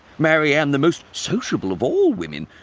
marianne, the most sociable of all women,